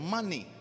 Money